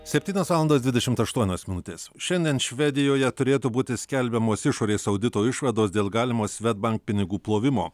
septynios valandos dvidešimt aštuonios minutės šiandien švedijoje turėtų būti skelbiamos išorės audito išvados dėl galimo swedbank pinigų plovimo